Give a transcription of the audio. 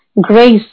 grace